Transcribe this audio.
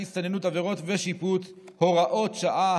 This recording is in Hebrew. הסתננות (עבירות ושיפוט) (הוראות שעה,